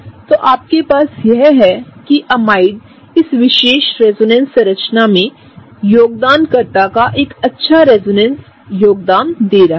तो आपके पास यह है कि एमाइड्स इस विशेष रेजोनेंस योगदान कर्ता का एक अच्छा रेजोनेंस योगदान भी दर्शाता है